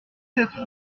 sept